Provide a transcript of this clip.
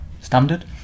Standard